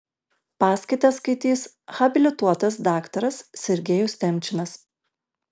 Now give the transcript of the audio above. paskaitą skaitys habilituotas daktaras sergejus temčinas